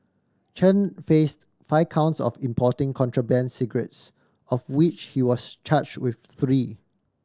Chen faced five counts of importing contraband cigarettes of which he was charged with three